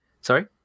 Sorry